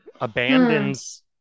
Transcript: abandons